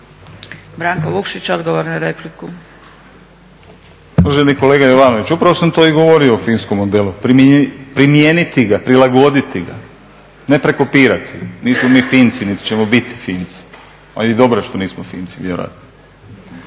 Branko Vukšić, odgovor na repliku.